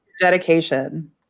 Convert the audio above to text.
dedication